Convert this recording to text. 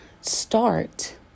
Start